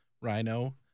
rhino